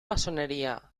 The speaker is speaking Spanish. masonería